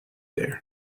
there